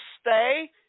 stay